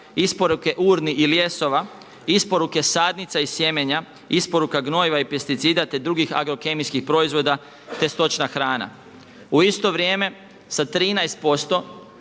isporuke urni i ljesova, isporuke sadnica i sjemenja, isporuka gnojiva i pesticida te drugih agrokemijskih proizvoda te stočna hrana. U isto vrijeme sa 13%